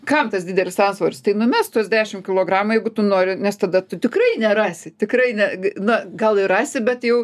kam tas didelis antsvoris tai numesk tuos dešim kilogramų jeigu tu nori nes tada tu tikrai nerasi tikrai ne na gal ir rasi bet jau